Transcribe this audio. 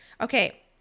Okay